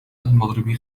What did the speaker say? المضرب